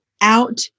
out